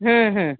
હમ હમ